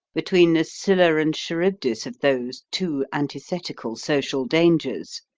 between the scylla and charybdis of those two antithetical social dangers.